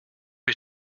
lui